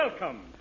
Welcome